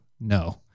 no